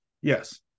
Yes